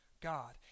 God